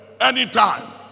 anytime